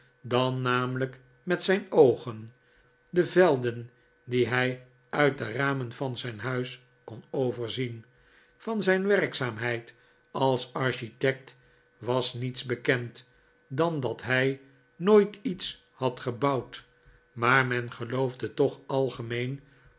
dan namelijk met zijn oogen de velden die hij uit de ramen van zijn huis kon overzien van zijn werkzaamheid als architect was niets bekend dan dat hij nooit iets had gebouwd maar men geloofde toch algemeen